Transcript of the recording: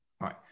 right